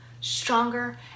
stronger